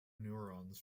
neurons